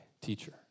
teacher